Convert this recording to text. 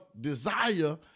desire